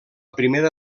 primera